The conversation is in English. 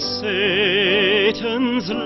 satan's